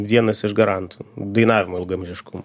vienas iš garantų dainavimo ilgaamžiškumo